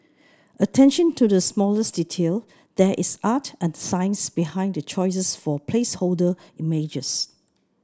attention to the smallest detail There is art and science behind the choices for placeholder images